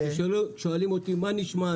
כששואלים אותי: "מה נשמע,